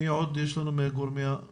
משרד המשפטים, דינה, אני מניח שהיית איתנו.